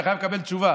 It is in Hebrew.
אתה חייב לקבל תשובה.